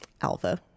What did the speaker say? Alva